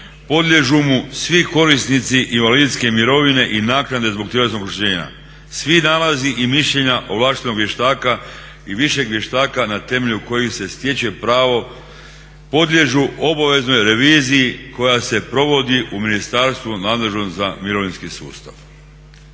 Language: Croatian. Podliježu mu svi korisnici invalidske mirovine i naknade zbog tjelesnog oštećenja. Svi nalazi i mišljenja ovlaštenog vještaka i višeg vještaka na temelju kojih se stječe pravo podliježu obaveznoj reviziji koja se provodi u ministarstvu nadležnom za mirovinski sustav.